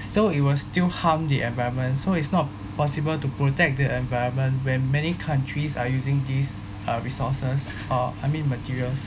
so it will still harm the environment so it's not possible to protect the environment when many countries are using these uh resources uh I mean materials